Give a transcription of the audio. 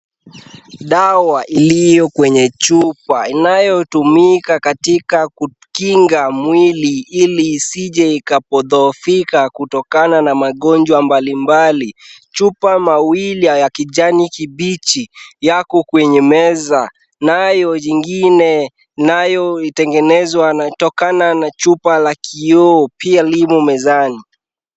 Dawa iliyo kwenye chupa inayotumika katika kukinga mwili ili Isije ikadhoofika kutokana na magonjwa mbalimbali. Chupa mawili ya kijani kibichi yako kwenye meza nayo jingine nayo itengenezwa na kutokana na chupa la kioo pia limo mezani.